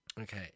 Okay